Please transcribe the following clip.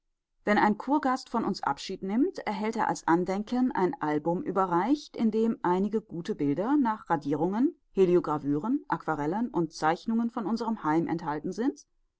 wenn ein kurgast von uns abschied nimmt erhält er als andenken ein album überreicht in dem einige gute bilder nach radierungen heliogravüren aquarellen und zeichnungen von unserem heim enthalten sind